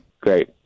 Great